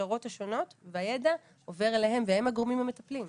ההכשרות השונות והידע עובר אליהם והם הגורמים המטפלים.